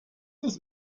das